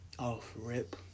off-rip